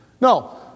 No